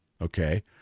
okay